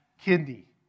kidney